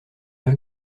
veut